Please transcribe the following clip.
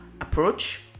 approach